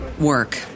Work